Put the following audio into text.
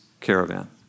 caravan